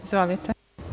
Izvolite.